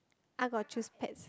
I got choose pets